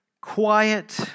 quiet